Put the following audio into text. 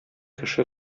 кеше